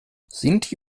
sinti